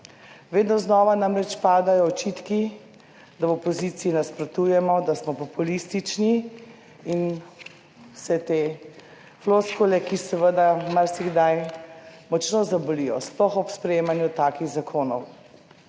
Vedno znova namreč padajo očitki, da v opoziciji nasprotujemo, da smo populistični in vse te floskule, ki seveda marsikdaj močno zabolijo, sploh ob sprejemanju takih zakonov.